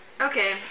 Okay